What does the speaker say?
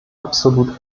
absolut